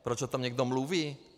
Proč o tom někdo mluví?